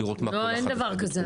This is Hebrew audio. לא, אין דבר כזה.